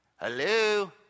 Hello